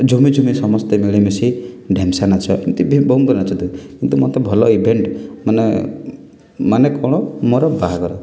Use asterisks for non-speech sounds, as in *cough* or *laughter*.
ଝୁମିଝୁମି ସମସ୍ତେ ମିଳିମିଶି *unintelligible* ନାଚ ଏମିତି *unintelligible* ନାଚନ୍ତି କିନ୍ତୁ ମୋତେ ଭଲ ଇଭେଣ୍ଟ୍ ମାନେ ମାନେ କଣ ମୋର ବାହାଘର